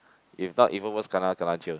if not even worse kena kena jail